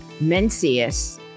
Mencius